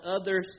others